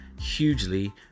hugely